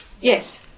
Yes